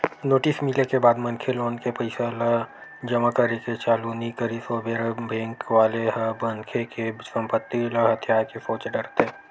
notice मिले के बाद मनखे लोन ले पइसा ल जमा करे के चालू नइ करिस ओ बेरा बेंक वाले ह मनखे के संपत्ति ल हथियाये के सोच डरथे